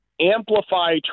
Amplify